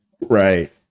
Right